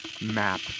map